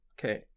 Okay